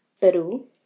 Peru